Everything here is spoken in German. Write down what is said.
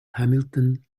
hamilton